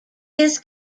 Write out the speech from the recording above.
his